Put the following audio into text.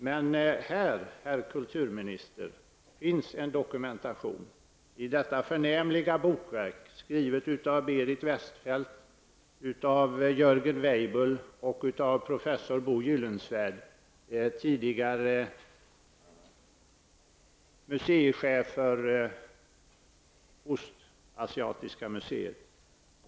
Det finns emellertid en dokumentation, herr kulturminister, nämligen ett förnämligt bokverk som är skrivet av Berit Gyllensvärd, som tidigare var museichef för östasiatiska museet.